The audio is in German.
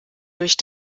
durch